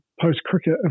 post-cricket